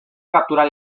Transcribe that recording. capturar